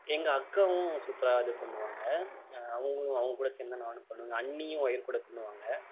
எங்கள் அக்காவும் சூப்பராக இது பண்ணுவாங்க அவங்களும் அவங்கக்கூட சேர்ந்துதான் நானும் பண்ணுவேன் எங்கள் அண்ணியும் ஒயர்க்கூடை பின்னுவாங்க